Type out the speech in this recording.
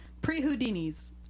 Pre-Houdinis